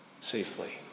safely